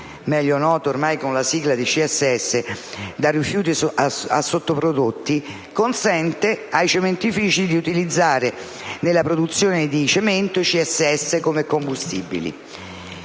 solidi secondari (CSS) da rifiuti a sottoprodotti consente ai cementifici di utilizzare nella produzione di cemento i CSS come combustibili,